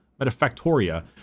Metafactoria